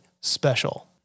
special